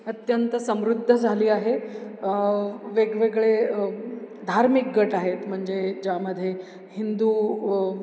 अत्यंत समृद्ध झाली आहे वेगवेगळे धार्मिक गट आहेत म्हणजे ज्यामध्ये हिंदू